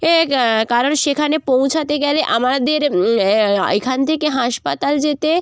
এ ক্ কারণ সেখানে পৌঁছাতে গেলে আমাদের এখান থেকে হাসপাতাল যেতে